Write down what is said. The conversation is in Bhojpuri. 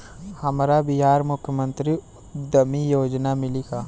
हमरा बिहार मुख्यमंत्री उद्यमी योजना मिली का?